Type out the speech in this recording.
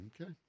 Okay